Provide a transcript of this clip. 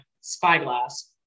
Spyglass